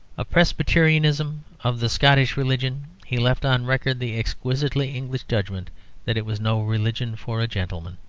of presbyterianism, of the scottish religion, he left on record the exquisitely english judgment that it was no religion for a gentleman.